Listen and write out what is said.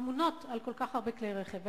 אמונות על כל כך הרבה כלי רכב.